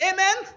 Amen